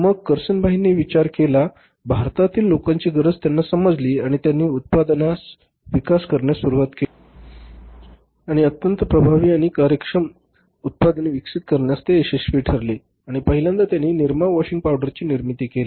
मग कारसनभाईंनी विचार केला भारतातील लोकांची गरज त्यांना समजली त्यांनी या उत्पादनाचा विकास करण्यास सुरवात केली आणि अत्यंत प्रभावी आणि कार्यक्षम उत्पादन विकसित करण्यास ते यशस्वी ठरले आणि पहिल्यांदा त्यांनी निरमा वॉशिंग पावडरची निर्मिती केली